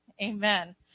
Amen